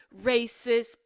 racist